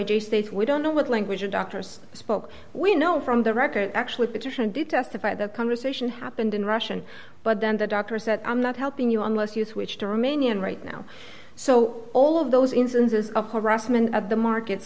do state we don't know what language of doctors spoke we know from the record actually petitioned to testify the conversation happened in russian but then the doctor said i'm not helping you unless you switch to remain young right now so all of those instances of harassment of the market